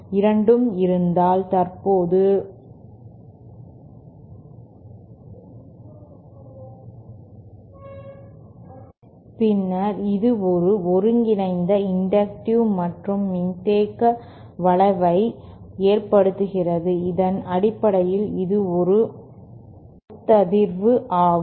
இரண்டும் இருந்தால் தற்போது பின்னர் இது ஒரு ஒருங்கிணைந்த இன்டக்டிவ் மற்றும் மின்தேக்க விளைவை ஏற்படுத்துகிறது இதன் அடிப்படையில் இது ஒரு ஒத்ததிர்வு ஆகும்